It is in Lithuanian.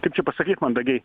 kaip čia pasakyt mandagiai